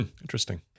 Interesting